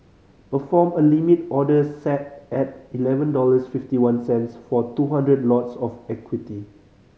perform a Limit order set at eleven dollars fifty one cents for two hundred lots of equity